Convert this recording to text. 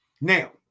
Now